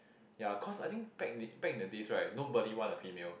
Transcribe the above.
ya cause I think back in the back in the days right nobody want a female